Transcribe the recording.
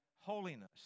holiness